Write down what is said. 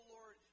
Lord